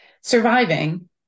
surviving